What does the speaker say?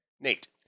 Nate